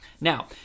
Now